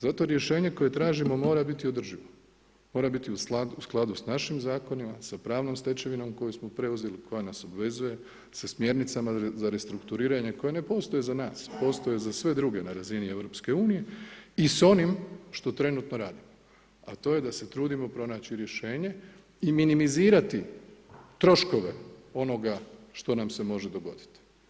Zato rješenje koje tražimo mora biti održivo, mora biti u skladu sa našim zakonima, sa pravnom stečevinom koju smo preuzeli, koja nas obvezuje, sa smjernicama za restrukturiranje koje ne postoje za nas a postoje za sve druge na razini EU i s onim što trenutno radimo a to je da se trudimo pronaći rješenje i minimizirati troškove onoga što nam se može dogoditi.